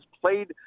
played